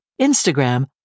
Instagram